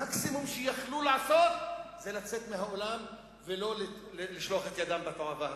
המקסימום שיכלו לעשות זה לצאת מהאולם ולא לשלוח את ידם בתועבה הזו,